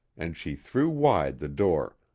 and she threw wide the door.